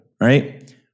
right